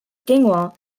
dingwall